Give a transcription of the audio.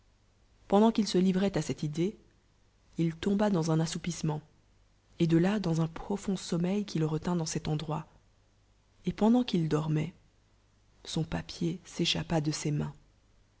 pendant qu'il se livroit cette idée il tontbr dans un assoopisso ment et de là dans un profond som meil qui le retint dans cet endroit et peadamt qu'il dor uoit son papier s'échappli de les mai